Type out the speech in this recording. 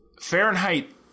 Fahrenheit